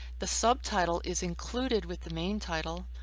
the subtitle is included with the main title.